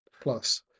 plus